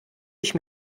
ich